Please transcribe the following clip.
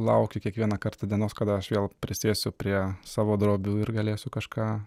laukiu kiekvieną kartą dienos kada aš vėl prisėsiu prie savo drobių ir galėsiu kažką